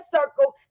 circle